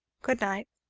good night!